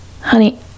Honey